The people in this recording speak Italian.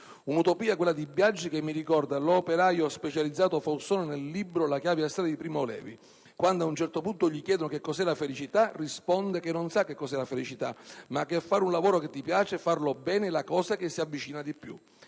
Un'utopia, quella di Biagi, che mi ricorda l'operaio specializzato Faussone nel libro «La chiave a stella» di Primo Levi: quando ad un certo punto gli chiedono che cos'è la felicità, risponde che non sa che cos'è la felicità, ma che «fare un lavoro che ti piace, farlo bene è la cosa che si avvicina dì più».